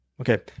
Okay